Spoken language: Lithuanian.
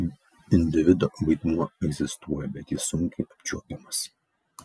individo vaidmuo egzistuoja bet jis sunkiai apčiuopiamas